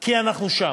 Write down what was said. כי אנחנו שם.